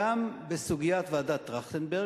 גם בסוגיית ועדת-טרכטנברג,